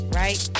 right